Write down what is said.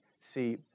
see